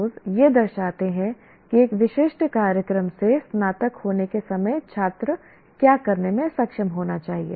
PSOs यह दर्शाते हैं कि एक विशिष्ट कार्यक्रम से स्नातक होने के समय छात्र क्या करने में सक्षम होना चाहिए